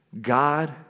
God